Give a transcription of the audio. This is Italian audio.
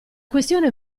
questione